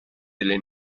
delle